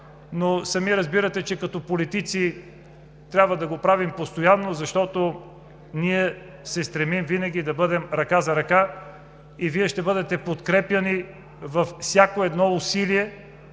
но сами разбирате, че като политици трябва да го правим постоянно, защото ние се стремим винаги да бъдем ръка за ръка. Вие ще бъдете подкрепяни във всяко едно усилие